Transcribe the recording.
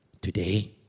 Today